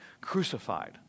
crucified